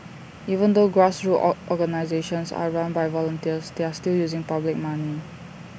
even though grassroots organisations are run by volunteers they are still using public money